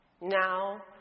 Now